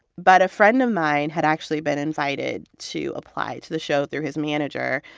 but a friend of mine had actually been invited to apply to the show through his manager.